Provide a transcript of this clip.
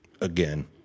Again